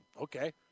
Okay